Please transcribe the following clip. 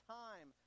time